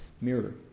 mirror